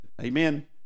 Amen